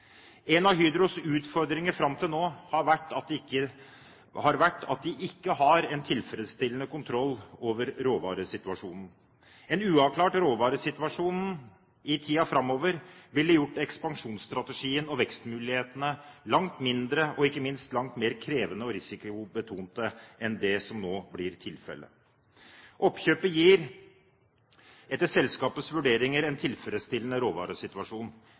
En av Hydros utfordringer fram til nå har vært at de ikke har en tilfredsstillende kontroll over råvaresituasjonen. En uavklart råvaresituasjon i tiden framover ville gjort ekspansjonsstrategien og vekstmulighetene langt mindre og ikke minst langt mer krevende og risikobetont enn det som nå blir tilfellet. Oppkjøpet gir etter selskapets vurderinger en tilfredsstillende råvaresituasjon.